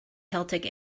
celtic